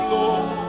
Lord